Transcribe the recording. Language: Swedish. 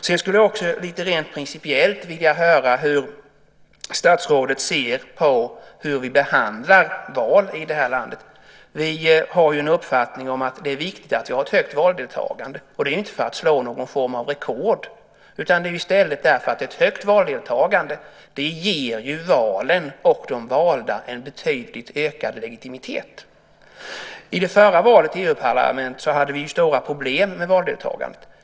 Sedan skulle jag också vilja höra hur statsrådet rent principiellt ser på hur vi behandlar val i det här landet. Vi har ju den uppfattningen att det är viktigt att vi har ett högt valdeltagande, och det är inte för att slå någon form av rekord, utan därför att ett högt valdeltagande ger valen och de valda en betydligt ökad legitimitet. I det förra valet till EU-parlamentet hade vi stora problem med valdeltagandet.